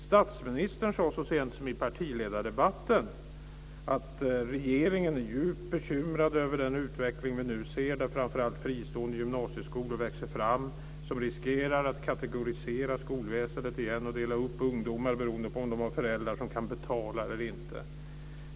Statsministern sade så sent som i partiledardebatten att regeringen är djupt bekymrad över den utveckling vi nu ser där framför allt fristående gymnasieskolor växer fram som riskerar att kategorisera skolväsendet igen och dela upp ungdomar beroende på om de har föräldrar som kan betala eller inte.